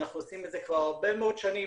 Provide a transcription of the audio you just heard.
אנחנו עושים את זה כבר הרבה מאוד שנים,